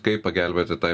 kaip pagelbėti tai